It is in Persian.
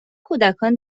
کودکان